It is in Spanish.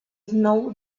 snow